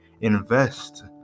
invest